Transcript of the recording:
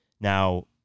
Now